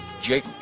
Jake